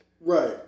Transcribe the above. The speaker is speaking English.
Right